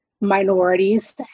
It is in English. minorities